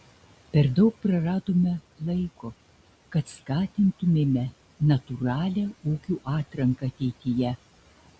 per daug praradome laiko kad skatintumėme natūralią ūkių atranką ateityje